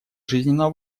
жизненно